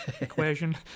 equation